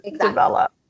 develop